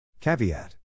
Caveat